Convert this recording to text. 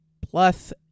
plus